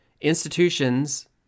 institutions